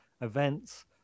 events